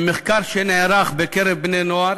ממחקר שנערך בקרב בני-נוער